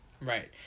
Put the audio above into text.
right